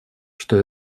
что